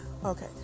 Okay